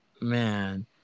Man